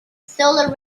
solar